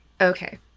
Okay